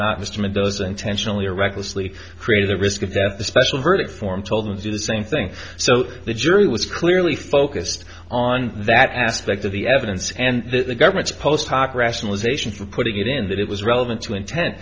not mr meadows intentionally or recklessly created a risk that the special verdict form told them to do the same thing so the jury was clearly focused on that aspect of the evidence and the government's post hoc rationalization for putting it in that it was relevant to intent